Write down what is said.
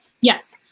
Yes